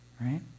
right